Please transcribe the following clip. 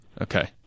Okay